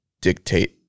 dictate